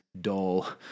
dull